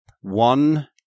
One